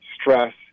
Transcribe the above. stress